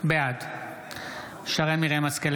בעד שרן מרים השכל,